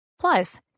Plus